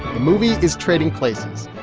movie is trading places.